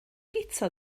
guto